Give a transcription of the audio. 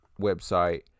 website